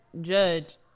judge